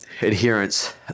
adherence